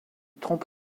trompe